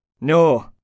No